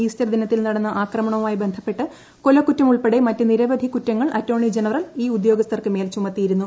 Easter ദിനത്തിൽ നടന്ന ആക്രമണവുമായി ബന്ധപ്പെട്ട് കൊലക്കുറ്റമുൾപ്പെടെ മറ്റ് നിരവധി കുറ്റങ്ങൾ അറ്റോർണി ജനറൽ ഈ ഉദ്യോഗസ്ഥർക്ക് മേൽ ചുമത്തിയിരുന്നു